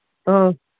ꯑ